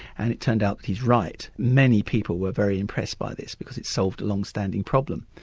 and it turned out that he's right. many people were very impressed by this because it solved a long-standing problem.